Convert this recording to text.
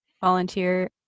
volunteer